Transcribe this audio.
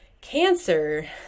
cancer